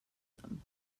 them